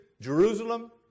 Jerusalem